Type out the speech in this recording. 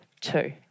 two